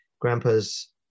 grandpa's